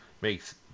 makes